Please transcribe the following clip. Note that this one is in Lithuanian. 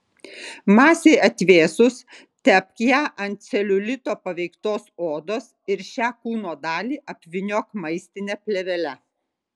masei atvėsus tepk ją ant celiulito paveiktos odos ir šią kūno dalį apvyniok maistine plėvele